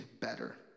better